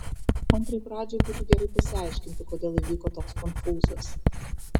antrai pradžiai būtų gerai pasiaiškinti kodėl įvyko toks konfūzas